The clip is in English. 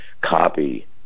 copy